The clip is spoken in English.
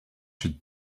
she